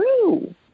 true